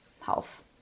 health